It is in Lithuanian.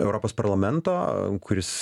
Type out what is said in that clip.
europos parlamento kuris